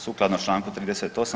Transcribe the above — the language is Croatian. Sukladno Članku 38.